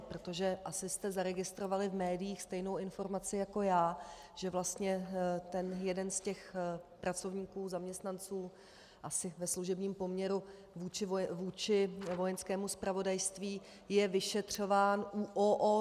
Protože asi jste zaregistrovali v médiích stejnou informaci jako já, že vlastně jeden z pracovníků, zaměstnanců asi ve služebním poměru vůči Vojenskému zpravodajství, je vyšetřován ÚOOZ.